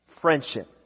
friendship